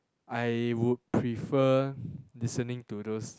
I would prefer listening to those